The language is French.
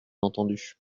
entendu